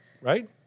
Right